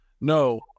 No